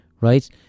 right